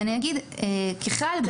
ככלל,